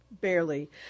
barely